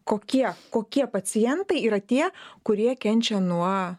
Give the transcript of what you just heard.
kokie kokie pacientai yra tie kurie kenčia nuo